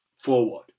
forward